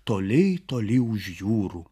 toli toli už jūrų